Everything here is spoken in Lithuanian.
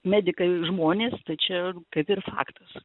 medikai žmonės tai čia kaip ir faktas